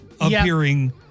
appearing